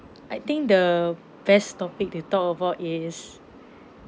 I think the best topic to talk about is